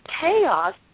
chaos